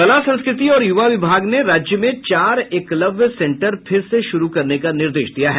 कला संस्कृति और युवा विभाग ने राज्य में चार एकलव्य सेंटर फिर से शुरू करने का निर्देश दिया है